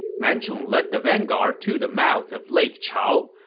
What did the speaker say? man chong led the vanguard to the mouth of lake chao,